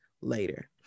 later